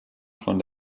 von